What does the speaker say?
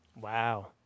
Wow